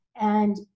and-